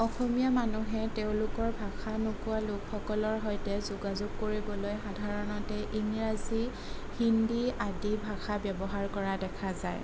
অসমীয়া মানুহে তেওঁলোকৰ ভাষা নোকোৱা লোকসকলৰ সৈতে যোগাযোগ কৰিবলৈ সাধাৰণতে ইংৰাজী হিন্দী আদি ভাষা ব্যৱহাৰ কৰা দেখা যায়